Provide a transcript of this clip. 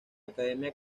academia